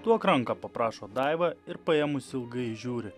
duok ranką paprašo daiva ir paėmusi ilgai žiūri